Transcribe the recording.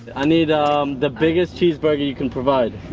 i need the biggest cheeseburger you can provide.